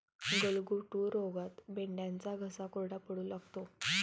गलघोटू रोगात मेंढ्यांचा घसा कोरडा पडू लागतो